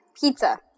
Pizza